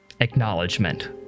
acknowledgement